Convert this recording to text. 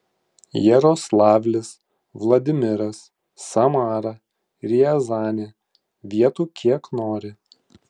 jaroslavlis vladimiras samara riazanė vietų kiek nori